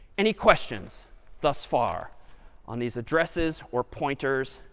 any questions thus far on these addresses, or pointers,